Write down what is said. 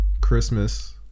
Christmas